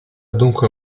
dunque